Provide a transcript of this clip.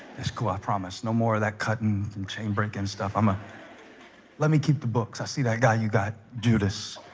it's cool i promise no more of that cuttings and chain breaking stuff i'ma let me keep the books. i see that guy you got judas.